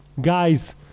Guys